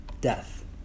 death